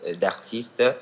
d'artistes